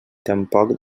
tampoc